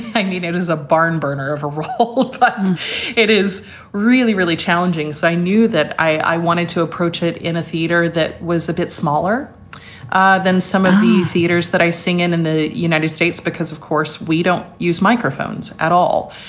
i mean it is a barnburner of a role, but it is really, really challenging. so i knew that i wanted to approach it in a theater that was a bit smaller than some of the theaters that i sing in and the united states, because, of course, we don't use microphones at all.